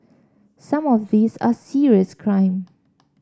some of these are serious crime